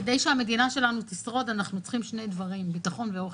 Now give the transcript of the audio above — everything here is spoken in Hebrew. כדי שהמדינה שלנו תשרוד אנחנו צריכים שני דברים: ביטחון ואוכל.